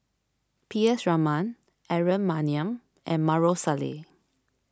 P S Raman Aaron Maniam and Maarof Salleh